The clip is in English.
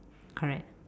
correct